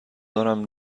دارم